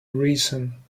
reason